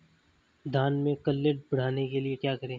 धान में कल्ले बढ़ाने के लिए क्या डालें?